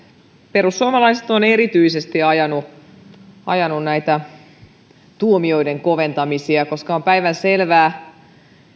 perussuomalaiset ovat erityisesti ajaneet näitä tuomioiden koventamisia koska on päivänselvää